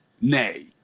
nay